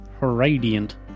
Radiant